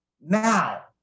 now